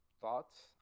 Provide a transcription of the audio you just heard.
thoughts